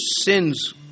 sins